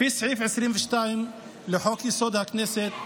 לפי סעיף 22 לחוק-יסוד: הכנסת,